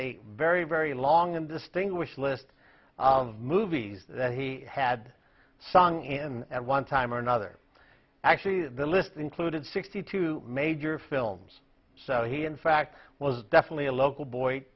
a very very long and distinguished list of movies that he had sung in at one time or another actually the list included sixty two major films so he in fact was definitely a local boy